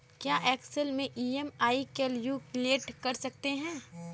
क्या एक्सेल में EMI calculate कर सकते हैं?